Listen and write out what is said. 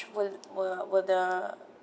will will will the